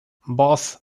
both